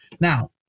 now